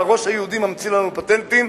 הראש היהודי ממציא לנו פטנטים,